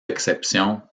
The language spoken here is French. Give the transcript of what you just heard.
exception